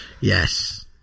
Yes